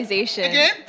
again